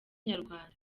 nyarwanda